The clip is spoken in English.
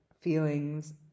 feelings